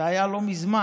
זה היה לא מזמן,